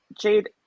Jade